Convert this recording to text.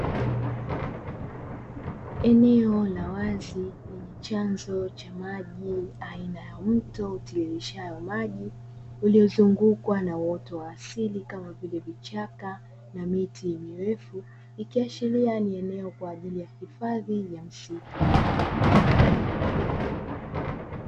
Eneo la wazi lenye chanzo cha maji aina ya mto utiririshao maji, uliozungukwa na uoto wa asili kama vile vichaka na miti mirefu, ikiashiria ni eneo kwa ajili ya hifadhi ya msitu.